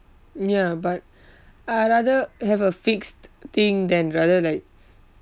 ya but I rather have a fixed thing than rather like